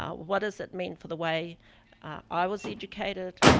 um what does it mean for the way i was educated,